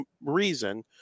reason